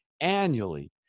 annually